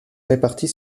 répartie